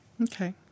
Okay